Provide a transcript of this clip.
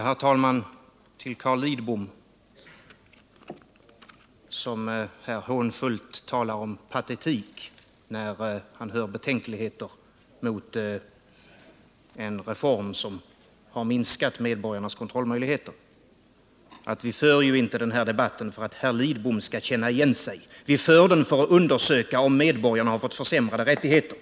Herr talman! Till Carl Lidbom, som här hånfullt talar om patetik när han hör våra betänkligheter mot en reform som har minskat medborgarnas kontrollmöjligheter, vill jag säga att vi inte för den här debatten för att herr Lidbom skall känna igen sig, utan för att undersöka om medborgarna har fått försämrade rättigheter.